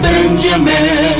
Benjamin